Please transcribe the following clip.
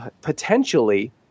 potentially